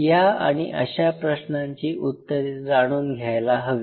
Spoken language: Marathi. या आणि अशा प्रश्नांची उत्तरे जाणून घ्यायला हवी